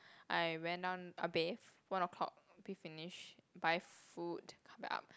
I went on I bathe one o-clock a bit finish buy food come back up